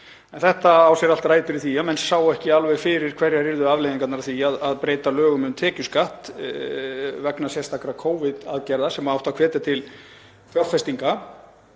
Þetta á sér allt rætur í því að menn sáu ekki alveg fyrir hverjar afleiðingarnar af því yrðu að breyta lögum um tekjuskatt vegna sérstakra Covid-aðgerða sem áttu að hvetja til fjárfestinga.